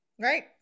Right